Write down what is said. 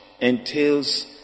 entails